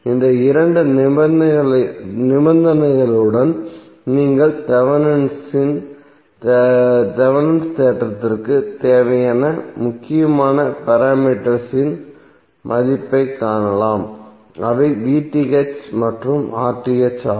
இந்த இரண்டு நிபந்தனைகளுடன் நீங்கள் தேவெனின்'ஸ் தேற்றத்திற்குத் Thevenin's theorem தேவையான முக்கியமான பாராமீட்டர்ஸ் இன் மதிப்பைக் காணலாம் அவை மற்றும் ஆகும்